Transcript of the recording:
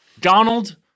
Donald